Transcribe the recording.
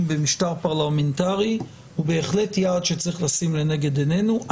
במשטר פרלמנטרי היא בהחלט יעד שצריך לשים לנגד עיננו.